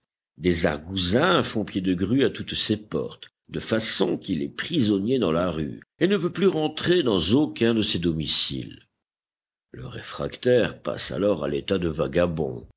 font pied de grue à toutes ses portes de façon qu'il est prisonnier dans la rue et ne peut plus rentrer dans aucun de ses domiciles le réfractaire passe alors à l'état de vagabond